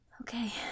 Okay